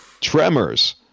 Tremors